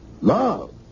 Love